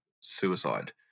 suicide